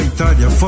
Italia